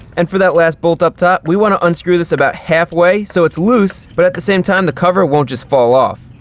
and for that last bolt up top, we want to unscrew this about halfway so it's loose, but at the same time, the cover won't just fall off.